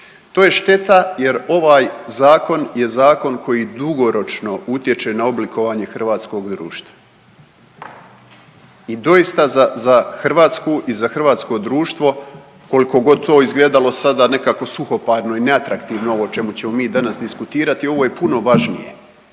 To je šteta jer ovaj Zakon je zakon koji dugoročno utječe na oblikovanje hrvatskog društva i doista za Hrvatsku i za hrvatsko društvo, koliko god to izgledalo sada nekako suhoparno i neatraktivno ovo o čemu ćemo mi danas diskutirati, ovo je puno važnije